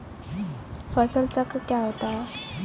फसल चक्रण क्या होता है?